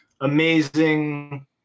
Amazing